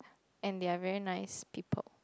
and they are very nice people